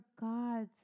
God's